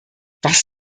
was